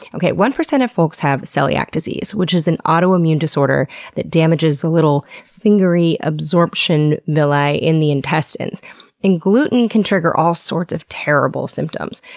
yeah one percent of folks have celiac disease, which is an autoimmune disorder that damages the little fingery absorption villi in the intestines and gluten can trigger all sorts of terrible symptoms.